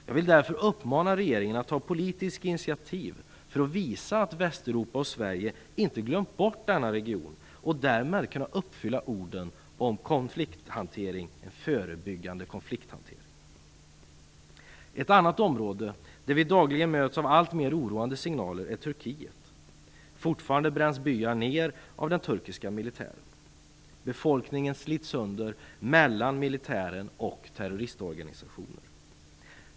Jag vill därför uppmana regeringen att ta politiska initiativ för att visa att Västeuropa och Sverige inte har glömt bort denna region, så att man därmed kan uppfylla orden om förebyggande konflikthantering. Ett annat område där vi dagligen möts av alltmer oroande signaler är Turkiet. Fortfarande bränns byar ned av den turkiska militären. Befolkningen slits sönder mellan militären och terroristorganisationer.